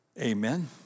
Amen